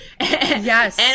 yes